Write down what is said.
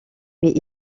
mais